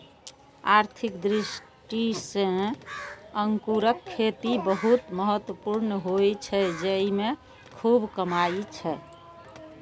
आर्थिक दृष्टि सं अंगूरक खेती बहुत महत्वपूर्ण होइ छै, जेइमे खूब कमाई छै